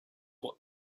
what